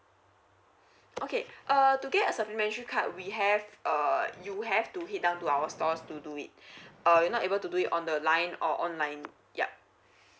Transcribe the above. okay uh to get a supplementary card we have err you have to head down to our stores to do it uh you're not able to do it on the line or online yup